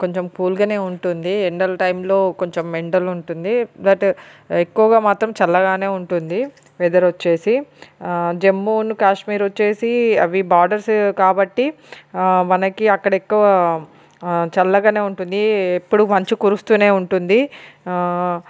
కొంచం కూల్గానే ఉంటుంది ఎండలు టైమ్లో కొంచం ఎండ ఉంటుంది బటు ఎక్కువగా మాత్రం చల్లగానే ఉంటుంది వెదరొచ్చేసి జమ్మూ ను కాశ్మీరొచ్చేసి అవి బార్డర్సు బట్టి మనకి అక్కడ ఎక్కువ చల్లగా ఉంటుంది ఎప్పుడు మంచు కురుస్తూనే ఉంటుంది